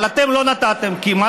אבל אתם לא נתתם, כי מה